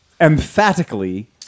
emphatically